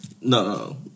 No